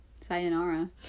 Sayonara